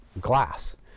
glass